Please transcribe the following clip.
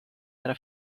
era